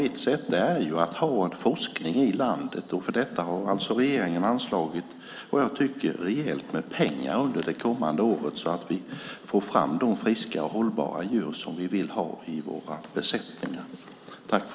Ett sätt är att ha en forskning i landet. För detta har alltså regeringen för det kommande året anslagit vad jag tycker är rejält med pengar, så att vi får fram de friska och hållbara djur som vi vill ha i våra besättningar.